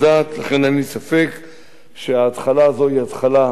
לכן אין לי ספק שההתחלה הזו היא התחלה חשובה.